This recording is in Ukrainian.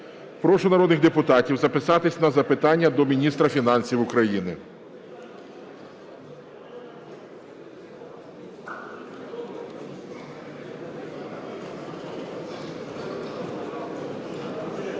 прошу народних депутатів записатись на запитання до міністра фінансів України.